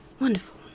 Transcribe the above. wonderful